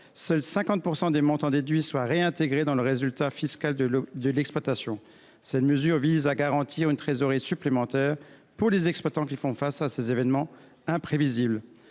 seuls 50 % des montants déduits soient réintégrés dans le résultat fiscal de l’exploitation. Cette mesure vise à garantir une trésorerie supplémentaire aux exploitants faisant face à ces événements imprévisibles.